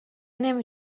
نمی